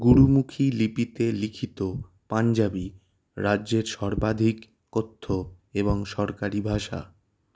গুরুমুখী লিপিতে লিখিত পাঞ্জাবি রাজ্যের সর্বাধিক কথ্য এবং সরকারি ভাষা